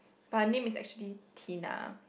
but her name is actually Tina